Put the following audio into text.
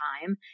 time